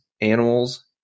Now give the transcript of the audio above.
animals